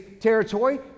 territory